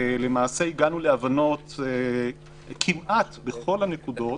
הגענו להבנות כמעט בכל הנקודות,